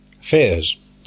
Fears